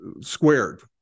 squared